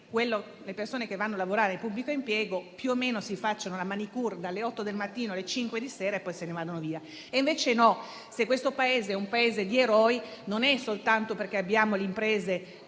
le persone che vanno a lavorare nel pubblico impiego più o meno si facciano la *manicure* dalle 8 del mattino alle 17 e poi se ne vanno via, e invece no. Se questo Paese, è di eroi non è soltanto perché abbiamo le imprese